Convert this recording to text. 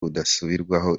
budasubirwaho